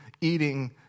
eating